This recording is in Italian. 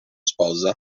sposa